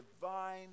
divine